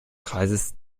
kreises